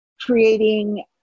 creating